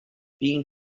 being